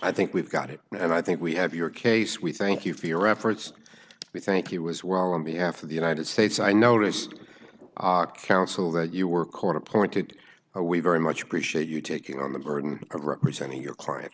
i think we've got it and i think we have your case we thank you for your efforts we thank you as well on behalf of the united states i noticed ahc ounce will that you were court appointed or we very much appreciate you taking on the burden of representing